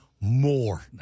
more